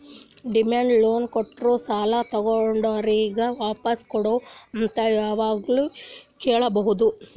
demand loan ಕೊಟ್ಟೋರು ಸಾಲ ತಗೊಂಡೋರಿಗ್ ವಾಪಾಸ್ ಕೊಡು ಅಂತ್ ಯಾವಾಗ್ನು ಕೇಳ್ಬಹುದ್